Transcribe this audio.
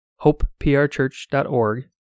hopeprchurch.org